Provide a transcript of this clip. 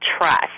Trust